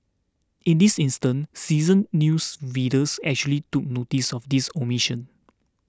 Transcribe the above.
in this instance seasoned news readers actually took noticed of this omission